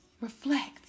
Reflect